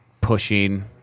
pushing